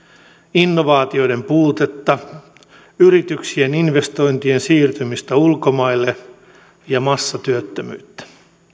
innovaatioiden puutetta yrityksien investointien siirtymistä ulkomaille ja massatyöttömyyttä